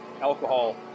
alcohol